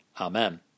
Amen